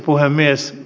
puhemies